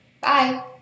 Bye